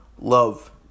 love